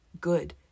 good